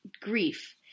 grief